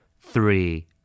Three